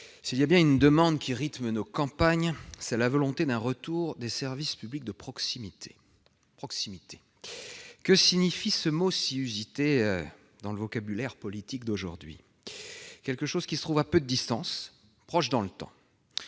S'il y a bien une demande qui rythme nos campagnes, c'est la volonté d'un retour des services publics de proximité. Proximité : que signifie ce mot si usité dans le vocabulaire politique actuel ? Quelque chose qui se trouve à peu de distance et proche dans le temps !